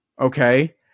Okay